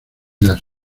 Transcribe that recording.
las